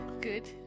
Good